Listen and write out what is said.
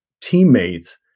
teammates